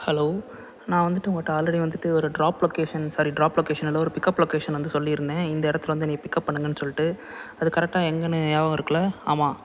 hello நான் வந்துட்டு உங்ககிட்ட ஆல்ரெடி வந்துட்டு ஒரு drop location sorry drop location இல்லை ஒரு பிக்கப் லொகேஷன் வந்து சொல்லியிருத்தேன் இந்த இடத்துல வந்து என்னைய பிக்கப் பண்ணுங்கன்னு சொல்லிட்டு அது கரெக்டாக எங்கேன்னு ஞாபகம் இருக்கில்ல ஆமாம்